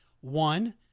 One